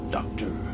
Doctor